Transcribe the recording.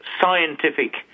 scientific